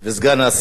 וסגן השר,